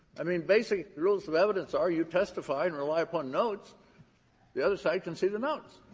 i mean, basic rules of evidence are you testify and rely upon notes the other side can see the notes.